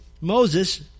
Moses